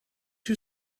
you